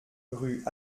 rue